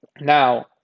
Now